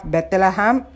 Bethlehem